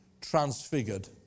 transfigured